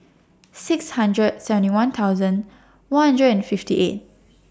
six hundred seventy one thousand one hundred and fifty eight